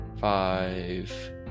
five